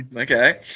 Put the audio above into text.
Okay